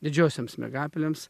didžiosioms miegapelėms